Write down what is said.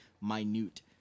minute